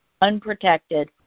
unprotected